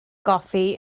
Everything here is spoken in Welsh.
goffi